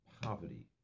poverty